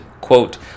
quote